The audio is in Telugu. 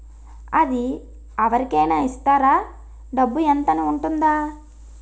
అది అవరి కేనా ఇస్తారా? డబ్బు ఇంత అని ఉంటుందా?